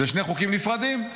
-- אלה שני חוקים נפרדים.